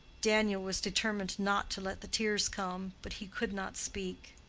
daniel was determined not to let the tears come, but he could not speak.